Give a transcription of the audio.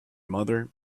mother